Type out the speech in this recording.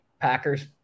Packers